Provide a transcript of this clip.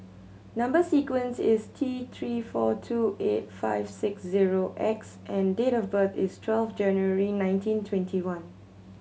number sequence is T Three four two eight five six zero X and date of birth is twelve January nineteen twenty one